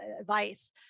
advice